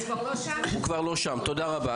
תודה רבה.